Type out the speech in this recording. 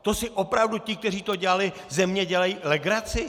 To si opravdu ti, kteří to dělali, ze mě dělají legraci?